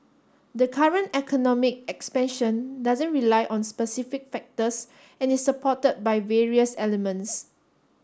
the current economic expansion doesn't rely on specific factors and is supported by various elements